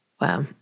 Wow